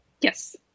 Yes